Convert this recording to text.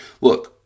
look